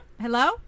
Hello